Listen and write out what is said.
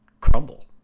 crumble